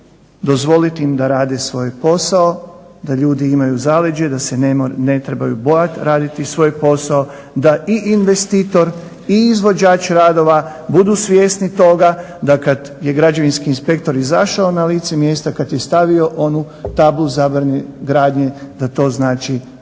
dozvoliti im da rade svoj posao da ljudi imaju zaleđe i da se ne trebaju bojati raditi svoj posao, da i investitor i izvođač radova budu svjesni toga da kad je građevinski inspektor izašao na lice mjesta, kad je stavio onu tablu zabrane gradnje da to znači da